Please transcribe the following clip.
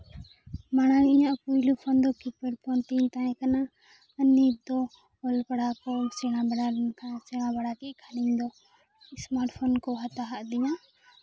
ᱢᱟᱲᱟᱝ ᱤᱧᱟᱹᱜ ᱯᱳᱭᱞᱳ ᱯᱷᱳᱱ ᱫᱚ ᱠᱤᱯᱮᱰ ᱫᱚ ᱛᱟᱹᱧ ᱛᱟᱦᱮᱸ ᱠᱟᱱᱟ ᱟᱨ ᱱᱤᱛ ᱫᱚ ᱚᱞ ᱯᱟᱲᱦᱟᱣ ᱠᱚ ᱥᱮᱬᱟ ᱵᱟᱲᱟ ᱞᱮᱱᱠᱷᱟᱡ ᱥᱮᱬᱟ ᱵᱟᱲᱟ ᱠᱮᱜ ᱠᱷᱟᱱ ᱫᱚ ᱥᱢᱟᱨᱴ ᱯᱷᱳᱱ ᱠᱚ ᱦᱟᱛᱟᱣᱟᱜ ᱞᱤᱧᱟᱹ